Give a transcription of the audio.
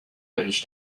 بهش